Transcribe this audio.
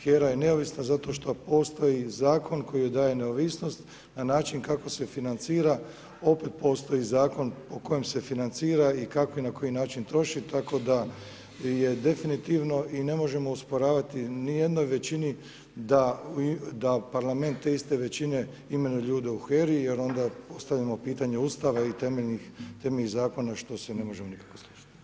HERA je neovisna zato što postoji zakon koji joj daje neovisnost na način kako se financira opet postoji zakon po kojem se financiran i kako i na koji način troši tako da bi je definitivno i ne možemo osporavati nijednoj većini da parlament te iste većine imenuje ljude u HERA-i jer onda postavljamo pitanje Ustava i temeljnih zakona što se ne možemo nikako složiti.